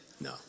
No